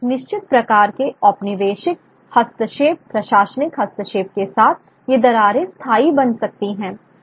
और एक निश्चित प्रकार के औपनिवेशिक हस्तक्षेप प्रशासनिक हस्तक्षेप के साथ ये दरारें स्थायी बन सकती हैं